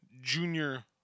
junior